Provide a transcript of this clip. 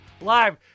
Live